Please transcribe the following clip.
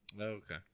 Okay